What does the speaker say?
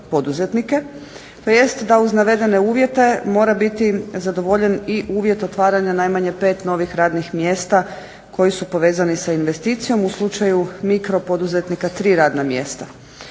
tj. da uz navedene uvjete mora biti zadovoljen i uvjet otvaranja najmanje pet novih radnih mjesta koji su povezani sa investicijom. U slučaju mikro poduzetnika tri radna mjesta.